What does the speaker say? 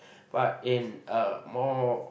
but in a more